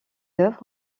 œuvres